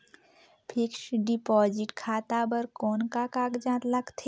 Fixed deposit खाता बर कौन का कागजात लगथे?